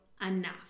enough